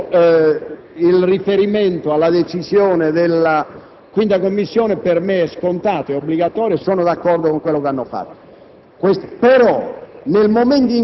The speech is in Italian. Al momento, il riferimento alla decisione della 5a Commissione per me è scontato, obbligatorio e sono d'accordo con quanto ha fatto.